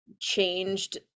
changed